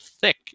thick